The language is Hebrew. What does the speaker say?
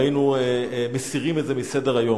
והיינו מסירים את זה מסדר-היום.